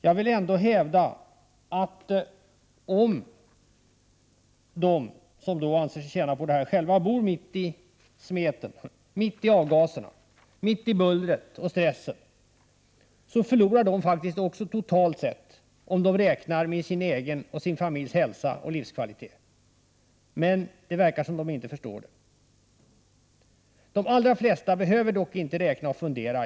Jag vill ändå hävda att de som anser sig tjäna på detta och själva bor mitt i avgaserna, mitt i bullret och stressen faktiskt förlorar också totalt sett, om de räknar med sin hälsa och sin familjs hälsa och livskvalitet. Men det verkar som om de inte förstår det. De allra flesta behöver dock inte räkna och fundera.